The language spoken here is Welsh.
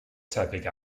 tebyg